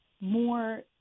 more –